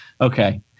Okay